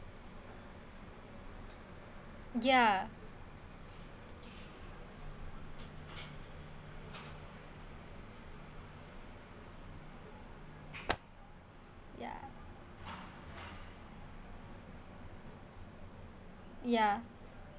ya ya ya